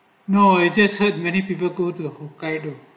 no you just heard many people go to hokkaido